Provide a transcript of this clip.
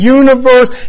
universe